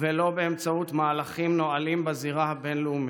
ולא באמצעות מהלכים נואלים בזירה הבין-לאומית.